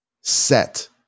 set